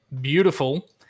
beautiful